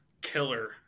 Killer